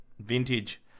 Vintage